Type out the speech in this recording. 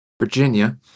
virginia